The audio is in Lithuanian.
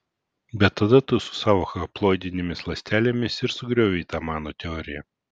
bet tada tu su savo haploidinėmis ląstelėmis ir sugriovei tą mano teoriją